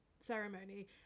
ceremony